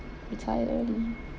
retire early